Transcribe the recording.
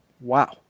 Wow